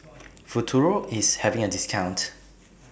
Futuro IS having A discount